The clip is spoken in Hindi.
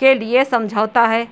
के लिए समझौता है